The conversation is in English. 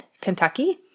Kentucky